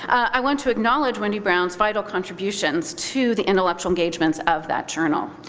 i want to acknowledge wendy brown's vital contributions to the intellectual engagements of that journal.